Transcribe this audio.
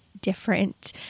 different